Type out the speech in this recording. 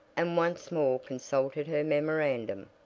and once more consulted her memorandum.